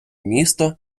місто